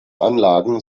anlagen